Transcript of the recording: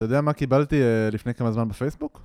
אתה יודע מה קיבלתי לפני כמה זמן בפייסבוק?